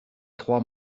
trois